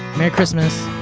merry christmas.